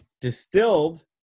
distilled